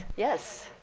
yes.